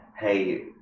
hey